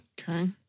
Okay